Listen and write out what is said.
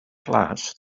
class